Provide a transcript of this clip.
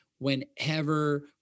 whenever